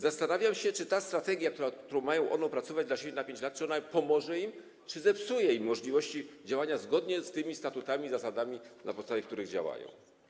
Zastanawiam się, czy ta strategia, którą mają one opracować dla siebie na 5 lat, pomoże im, czy zepsuje możliwości działania zgodnie z tymi statutami, zasadami, na podstawie których działają.